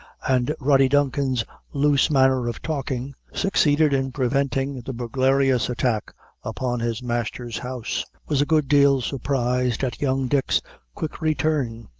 and rody duncan's loose manner of talking, succeeded in preventing the burglarious attack upon his master's house, was a good deal surprised at young dick's quick return,